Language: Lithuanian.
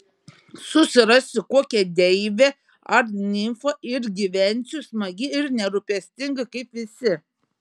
susirasiu kokią deivę ar nimfą ir gyvensiu smagiai ir nerūpestingai kaip visi